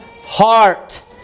heart